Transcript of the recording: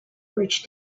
reach